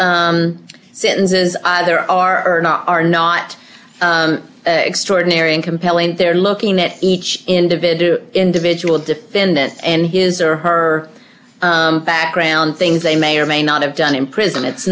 sentences there are not are not extraordinary and compelling they're looking at each individual individual defendant and his or her background things they may or may not have done in prison it's